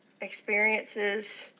experiences